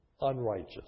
unrighteous